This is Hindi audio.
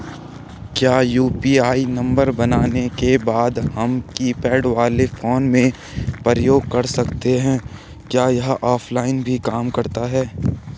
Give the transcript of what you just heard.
क्या यु.पी.आई नम्बर बनाने के बाद हम कीपैड वाले फोन में प्रयोग कर सकते हैं क्या यह ऑफ़लाइन भी काम करता है?